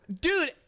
Dude